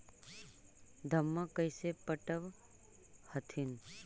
धन्मा कैसे पटब हखिन?